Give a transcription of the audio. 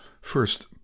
First